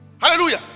Hallelujah